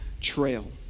trail